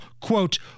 Quote